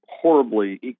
horribly